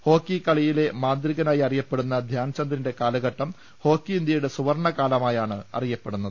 hockey കളിയിലെ മാന്ത്രികനായി അറിയപ്പെടുന്ന ധ്യാൻ ചന്ദിന്റെ കാലഘട്ടം ഹോക്കി ഇന്ത്യയുടെ സുവർണ്ണ കാലമായാണ് അറിയപ്പെടുന്നത്